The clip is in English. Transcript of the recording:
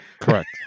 Correct